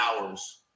hours